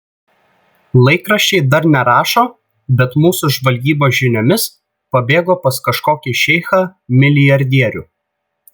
laikraščiai dar nerašo bet mūsų žvalgybos žiniomis pabėgo pas kažkokį šeichą milijardierių